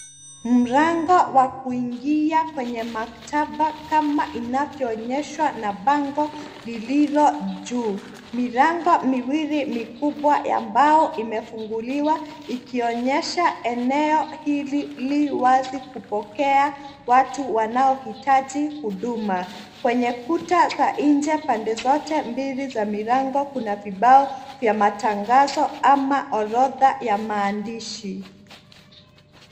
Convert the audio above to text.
Mlango wa kuingia kwenye maktaba kama inavyoonyeshwa na bango lililo juu. Milango miwili mikubwa ya mbao imefunguliwa ikionyesha eneo hili li wazi kupokea watu wanaohitaji huduma. Kwenye kuta za nje pande zote mbili za milango kuna vibao vya matangazo ama orodha vya maandishi.